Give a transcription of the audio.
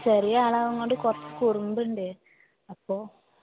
ചെറിയ ആളായതുകൊണ്ട് കുറച്ച് കുറുമ്പുണ്ട് അപ്പോൾ